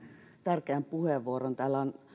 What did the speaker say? tärkeän puheenvuoron täällä on